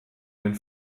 den